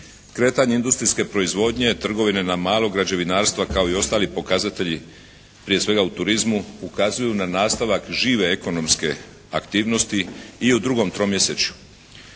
Kretanje industrijske proizvodnje trgovine na malo, građevinarstva, kao i ostalih pokazatelji prije svega u turizmu ukazuju na nastavak žive ekonomske aktivnosti i u drugom tromjesečju,